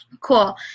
Cool